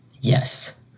Yes